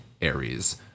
Aries